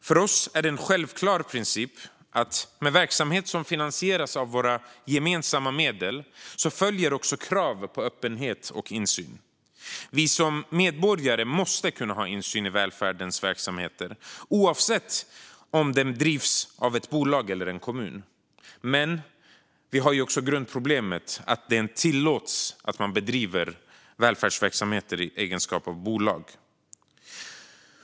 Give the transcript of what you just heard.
För Vänsterpartiet är det en självklar princip att det med verksamhet som finansieras av våra gemensamma medel följer krav på öppenhet och insyn. Medborgarna måste kunna ha insyn i välfärdens verksamheter oavsett om de drivs av bolag eller kommun. Det är dock ett grundproblem att det är tillåtet att bedriva välfärdsverksamhet i egenskap av bolag.